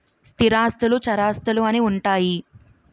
స్థిరాస్తులు చరాస్తులు అని ఉంటాయి